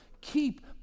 keep